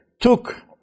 took